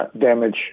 damage